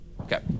okay